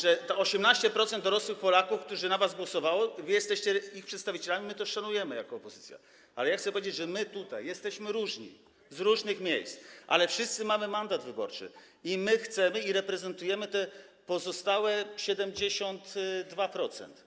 Jeśli chodzi o te 18% dorosłych Polaków, którzy na was głosowali, wy jesteście ich przedstawicielami, my to szanujemy jako opozycja, ale chcę powiedzieć, że my tutaj jesteśmy różni, jesteśmy z różnych miejsc, ale wszyscy mamy mandat wyborczy i my chcemy reprezentować i reprezentujemy te pozostałe 72%.